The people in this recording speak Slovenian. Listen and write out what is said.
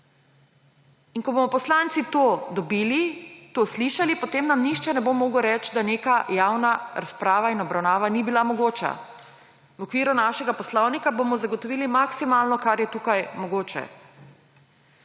Ko bomo poslanci to slišali, potem nam nihče ne bo mogel reči, da neka javna razprava in obravnava ni bila mogoča. V okviru našega poslovnika bomo zagotovili maksimalno, kar je tukaj mogoče.